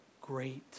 great